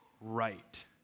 right